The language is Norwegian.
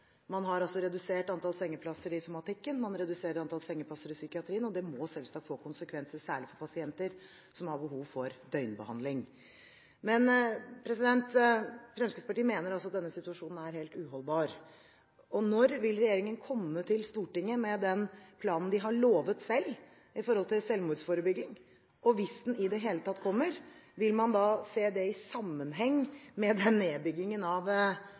Man har altså redusert antall sengeplasser i somatikken, man reduserer antall sengeplasser i psykiatrien, og det må selvsagt få konsekvenser – særlig for pasienter som har behov for døgnbehandling. Fremskrittspartiet mener at denne situasjonen er helt uholdbar. Når vil regjeringen komme til Stortinget med den planen den selv har lovet når det gjelder selvmordsforebygging? Hvis den i det hele tatt kommer, vil man da se det i sammenheng med den nedbyggingen av